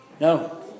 No